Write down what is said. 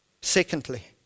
secondly